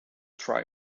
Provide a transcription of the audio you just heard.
try